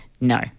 No